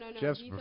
Jeff's